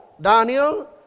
Daniel